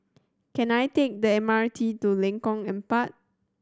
can I take the M R T to Lengkong Empat